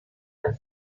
del